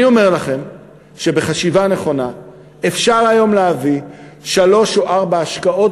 אני אומר לכם שבחשיבה נכונה אפשר היום להביא שלוש או ארבע השקעות